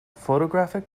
photographic